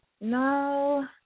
No